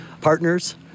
partners